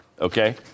Okay